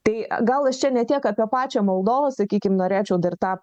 tai gal aš čia ne tiek apie pačią moldovą sakykim norėčiau dar tą